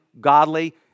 godly